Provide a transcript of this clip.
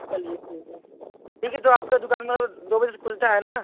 चलिए ठीक है ठीक है तो आपका दुकान मतलब दो बजे से खुलता है ना